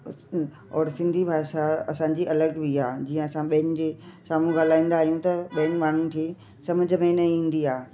और सिंधी भाषा असांजी अलॻि बि आहे जीअं असां ॿियनि जे साम्हूं ॻाल्हाईंदा आहियूं त ॿियनि माण्हुनि जी सम्झि में न ईंदी आहे